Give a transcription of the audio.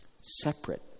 separate